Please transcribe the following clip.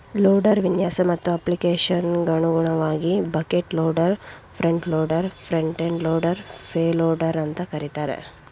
loader ವಿನ್ಯಾಸ ಮತ್ತು ಅಪ್ಲಿಕೇಶನ್ಗನುಗುಣವಾಗಿ bucket loader front loader front end loader payloader ಅಂತ ಕರೀತಾರೆ